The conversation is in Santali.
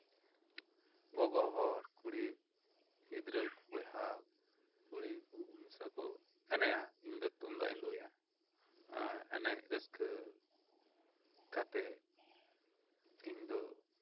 ᱜᱚᱜᱚ ᱦᱚᱲ ᱠᱩᱲᱤ ᱜᱤᱫᱽᱨᱟᱹ ᱵᱚᱭᱦᱟ ᱠᱩᱲᱤ ᱢᱮᱥᱟ ᱠᱚ ᱮᱱᱮᱡᱼᱟ ᱤᱧ ᱫᱚ ᱛᱩᱢᱫᱟᱜ ᱨᱩᱭᱟ ᱮᱱᱮᱡ ᱨᱟᱹᱥᱠᱟᱹ ᱠᱟᱛᱮ ᱤᱧ ᱫᱚ